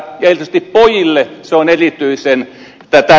tietysti pojille se on erityisen tärkeää